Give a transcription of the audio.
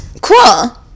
cool